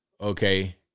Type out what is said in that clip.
Okay